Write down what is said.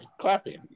Clapping